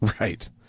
right